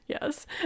Yes